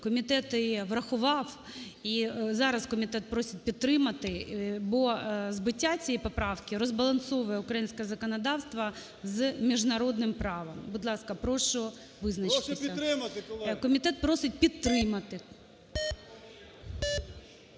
Комітет її врахував і зараз комітет просить підтримати. Бо збиття цієї поправки розбалансовує українське законодавство з міжнародним правом. Будь ласка, прошу визначитись. Комітет просить підтримати.